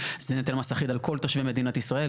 זה נטל מס אחיד על כל תושבי מדינת ישראל.